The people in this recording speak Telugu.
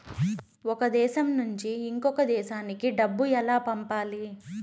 ఒక దేశం నుంచి ఇంకొక దేశానికి డబ్బులు ఎలా పంపాలి?